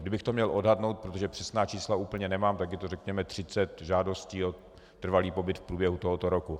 Kdybych to měl odhadnout, protože přesná čísla úplně nemám, tak je to, řekněme, třicet žádostí o trvalý pobyt v průběhu tohoto roku.